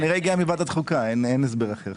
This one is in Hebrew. אין הסבר אחר.